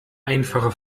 einfache